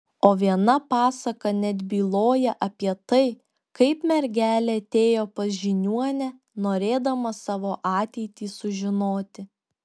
o viena pasaka net byloja apie tai kaip mergelė atėjo pas žiniuonę norėdama savo ateitį sužinoti